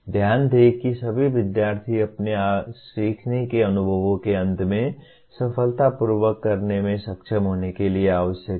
ध्यान दें कि सभी विद्यार्थी अपने सीखने के अनुभवों के अंत में सफलतापूर्वक करने में सक्षम होने के लिए आवश्यक हैं